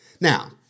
Now